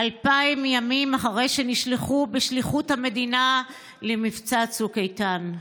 2,000 ימים אחרי שנשלחו בשליחות המדינה למבצע צוק איתן.